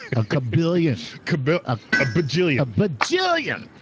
a kabillion kabillion. ah a bajillion. a but bajillion!